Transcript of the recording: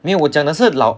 没有我讲的是老